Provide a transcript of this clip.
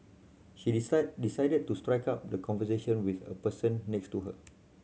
she decided decided to strike up the conversation with a person next to her